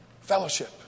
Fellowship